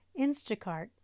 Instacart